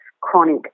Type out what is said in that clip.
chronic